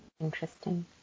Interesting